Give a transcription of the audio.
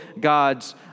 God's